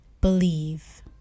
believe